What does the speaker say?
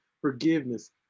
forgiveness